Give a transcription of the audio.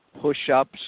push-ups